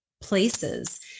places